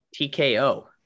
TKO